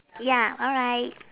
ya alright